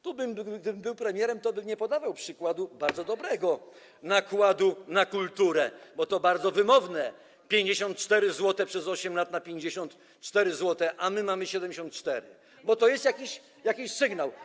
Tu gdybym był premierem, tobym nie podawał przykładu bardzo dobrego nakładu na kulturę, bo to bardzo wymowne: 54 zł przez 8 lat, 54 zł, a my mamy 74, bo to jest jakiś sygnał.